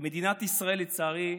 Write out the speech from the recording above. ומדינת ישראל, לצערי,